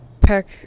pack